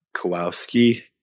Kowalski